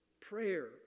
Prayer